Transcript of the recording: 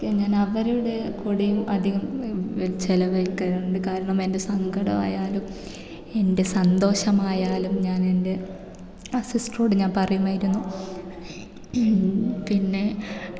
പിന്നെ ഞാൻ അവരുടെ കൂടെ അധികം ചിലവഴിക്കാറുണ്ട് കാരണം എൻ്റെ സങ്കടമായാലും എൻ്റെ സന്തോഷമായാലും ഞാൻ എൻ്റെ ആ സിസ്റ്ററോട് ഞാൻ പറയുമായിരുന്നു പിന്നെ